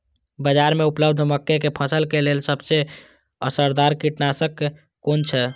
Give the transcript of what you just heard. बाज़ार में उपलब्ध मके के फसल के लेल सबसे असरदार कीटनाशक कुन छै?